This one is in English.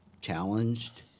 challenged